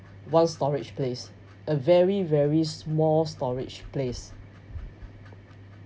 well storage place a very very small storage place